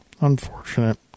unfortunate